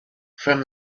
from